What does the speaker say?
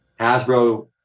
Hasbro